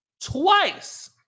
Twice